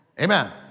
Amen